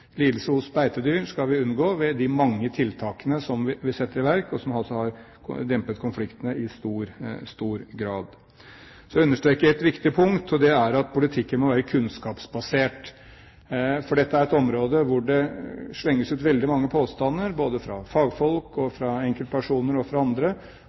Lidelse hos beitedyr skal vi unngå ved de mange tiltakene som vi setter i verk, og som i stor grad har dempet konfliktene. Jeg vil understreke et viktig punkt, og det er at politikken må være kunnskapsbasert. Dette er et område hvor det slenges ut veldig mange påstander, både fra fagfolk og fra enkeltpersoner og andre,